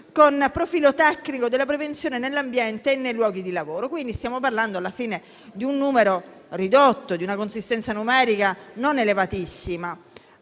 con profilo tecnico della prevenzione nell'ambiente e nei luoghi di lavoro. Quindi, stiamo parlando di un numero ridotto, di una consistenza numerica non elevatissima.